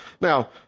Now